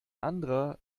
anderer